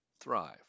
thrive